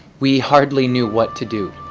we hardly knew what to do.